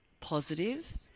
positive